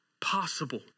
possible